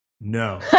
No